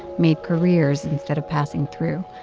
made careers instead of passing through.